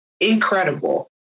incredible